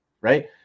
right